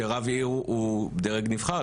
שרב עיר הוא דרג נבחר,